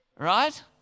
Right